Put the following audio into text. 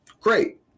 Great